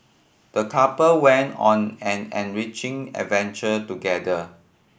the couple went on an enriching adventure together